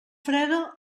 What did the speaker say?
freda